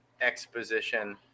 exposition